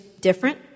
different